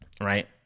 right